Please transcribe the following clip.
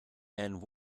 and